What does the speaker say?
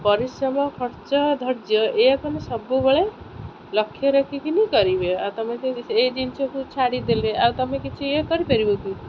ପରିଶ୍ରମ ଖର୍ଚ୍ଚ ଧୈର୍ଯ୍ୟ ଏମିତି ସବୁବେଳେ ଲକ୍ଷ୍ୟ ରଖିକିନି କରିବେ ଆଉ ତମେ ଏଇ ଜିନିଷକୁ ଛାଡ଼ିଦେଲେ ଆଉ ତମେ କିଛି ଇଏ କରିପାରିବ କି